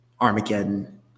Armageddon